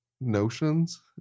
notions